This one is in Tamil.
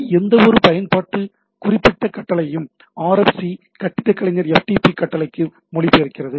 PI எந்தவொரு பயன்பாட்டு குறிப்பிட்ட கட்டளையையும் RFC கட்டிடக் கலைஞர் FTP கட்டளைக்கு மொழிபெயர்க்கிறது